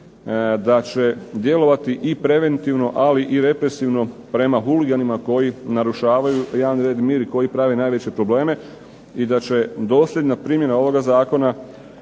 da će djelovati i preventivno, ali i represivno prema huliganima koji narušavaju javni red i mir i koji prave najveće probleme i da će dosljedna primjena ovoga zakona